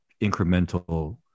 incremental